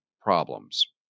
problems